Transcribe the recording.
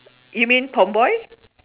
you mean tomboy